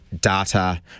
data